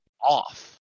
off